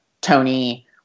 tony